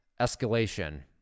escalation